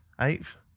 Eighth